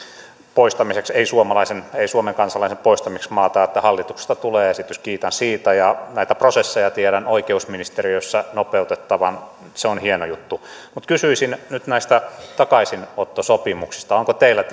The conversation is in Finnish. ei suomalaisen ei suomen kansalaisen poistamiseksi maasta että hallitukselta tulee esitys kiitän siitä näitä prosesseja tiedän oikeusministeriössä nopeutettavan se on hieno juttu mutta kysyisin nyt näistä takaisinottosopimuksista onko teillä